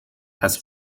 has